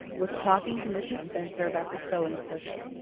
was talking to mrs. spencer about the sewing circle.